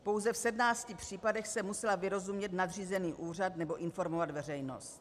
Pouze v 17 případech jsem musela vyrozumět nadřízený úřad nebo informovat veřejnost.